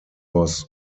was